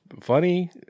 funny